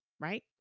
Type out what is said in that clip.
right